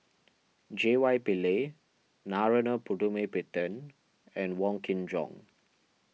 J Y Pillay Narana Putumaippittan and Wong Kin Jong